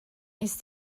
ist